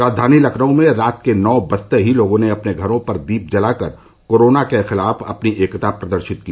राजधानी लखनऊ में रात के नौ बजते ही लोगों ने अपने घरों पर दीप जलाकर कोरोना के खिलाफ अपनी एकता प्रदर्शित की